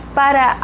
para